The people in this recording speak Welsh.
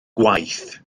gwaith